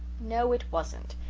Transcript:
no, it wasn't.